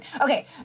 Okay